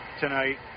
tonight